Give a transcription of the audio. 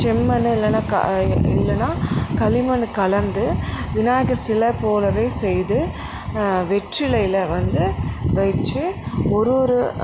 செம்மண்ணு இல்லைன்னா க இல்லைன்னா களிமண்ணு கலந்து விநாயகர் சில போலவே செய்து வெற்றிலையில் வந்து வச்சு ஒரு ஒரு